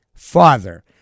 father